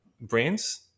brands